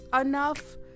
enough